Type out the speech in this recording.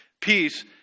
peace